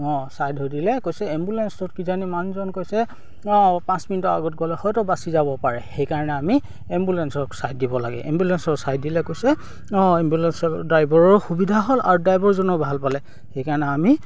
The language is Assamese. অঁ ছাইড হৈ দিলে কৈছে এম্বুলেঞ্চটোত কিজানি মানুহজন কৈছে অঁ পাঁচ মিনিটৰ আগত গ'লে হয়তো বাছি যাব পাৰে সেইকাৰণে আমি এম্বুলেঞ্চক ছাইড দিব লাগে এম্বুলেঞ্চক ছাইড দিলে কৈছে অঁ এম্বুলেঞ্চৰ ড্ৰাইভাৰৰো সুবিধা হ'ল আৰু ড্ৰাইভাৰজনেও ভাল পালে সেইকাৰণে আমি